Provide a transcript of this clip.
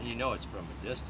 you know it's just